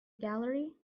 gallery